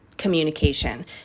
communication